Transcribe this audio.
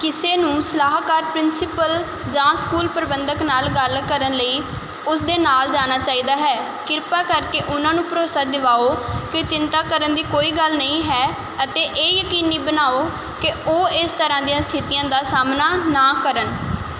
ਕਿਸੇ ਨੂੰ ਸਲਾਹਕਾਰ ਪ੍ਰਿੰਸੀਪਲ ਜਾਂ ਸਕੂਲ ਪ੍ਰਬੰਧਕ ਨਾਲ ਗੱਲ ਕਰਨ ਲਈ ਉਸ ਦੇ ਨਾਲ ਜਾਣਾ ਚਾਹੀਦਾ ਹੈ ਕਿਰਪਾ ਕਰਕੇ ਉਨ੍ਹਾਂ ਨੂੰ ਭਰੋਸਾ ਦਿਵਾਓ ਕਿ ਚਿੰਤਾ ਕਰਨ ਦੀ ਕੋਈ ਗੱਲ ਨਹੀਂ ਹੈ ਅਤੇ ਇਹ ਯਕੀਨੀ ਬਣਾਓ ਕਿ ਉਹ ਇਸ ਤਰ੍ਹਾਂ ਦੀਆਂ ਸਥਿਤੀਆਂ ਦਾ ਸਾਹਮਣਾ ਨਾ ਕਰਨ